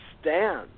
stand